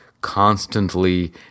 constantly